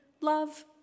love